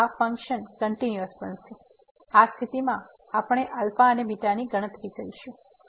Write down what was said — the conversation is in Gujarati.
તેથી આ સ્થિતિમાંથી આપણે α અને β ની ગણતરી કરીશું